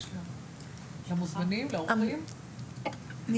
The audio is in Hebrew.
אני